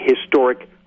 historic